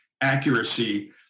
accuracy